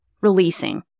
releasing